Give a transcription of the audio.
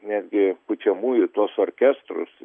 netgi pučiamųjų tuos orkestrus